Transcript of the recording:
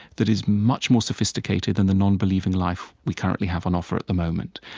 that is much more sophisticated than the non-believing life we currently have on offer at the moment.